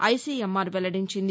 ICMR వెల్లడించింది